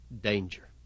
danger